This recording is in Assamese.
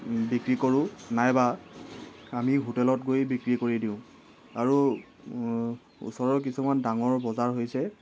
বিক্ৰী কৰোঁ নাইবা আমি হোটেলত গৈ বিক্ৰী কৰি দিওঁ আৰু ওচৰৰ কিছুমান ডাঙৰ বজাৰ হৈছে